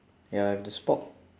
ya if the spork